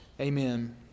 amen